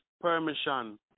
permission